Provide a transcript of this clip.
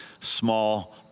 small